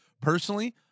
personally